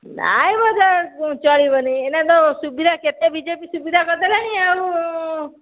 ନାଇଁ ମ ଚଳିବନି ଏଇନା ତ ସୁବିଧା କେତେ ବି ଜେ ପି ସୁବିଧା କରିଦେଲାଣି ଆଉ